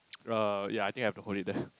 uh ya I think I have to hold it there